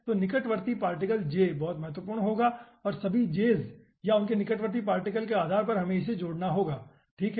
तो निकटवर्ती particle j बहुत महत्वपूर्ण होगा और सभी js या उनके निकटवर्ती पार्टिकल के आधार पर हमें इसे जोड़ना होगा ठीक है